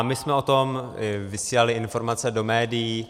My jsme o tom vysílali informace do médií.